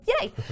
yay